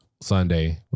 Sunday